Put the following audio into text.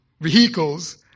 vehicles